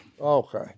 Okay